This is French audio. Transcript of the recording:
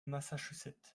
massachusetts